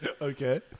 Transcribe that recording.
Okay